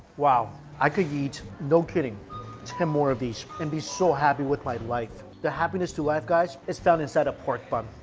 i could eat, no kidding ten more of these and be so happy with my life the happiness to life guys it's done inside a pork bun.